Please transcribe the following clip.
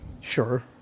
Sure